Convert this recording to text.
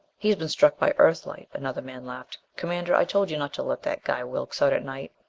he's been struck by earthlight, another man laughed. commander, i told you not to let that guy wilks out at night.